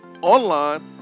online